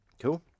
Cool